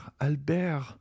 albert